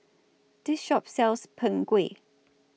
This Shop sells Png Kueh